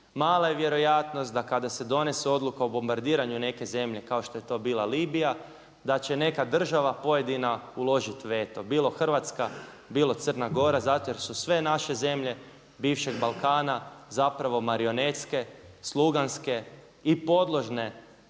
Mala je vjerojatnost da kada se donese odluka o bombardiranju neke zemlje kao što je to bila Libija, da će neka država pojedina uložit veto bilo Hrvatska, bilo Crna Gora zato jer su sve naše zemlje bivšeg Balkana zapravo marionetske, sluganske i podložne